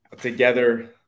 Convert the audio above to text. together